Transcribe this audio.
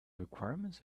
requirements